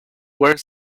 were